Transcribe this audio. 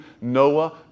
Noah